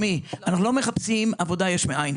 אנחנו לא מחפשים עבודה יש מאין,